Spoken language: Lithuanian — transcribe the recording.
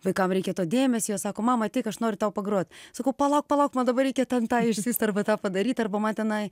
vaikam reikia to dėmesio jie sako mama ateik aš noriu tau pagrot sakau palauk palauk man dabar reikia ten tą išsiųst arba tą padaryt arba man tenai